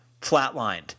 flatlined